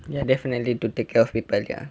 ya definitely to take care of people there